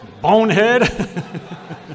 Bonehead